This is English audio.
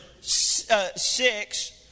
six